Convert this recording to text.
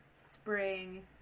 Spring